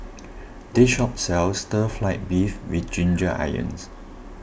this shop sells Stir Fried Beef with Ginger Onions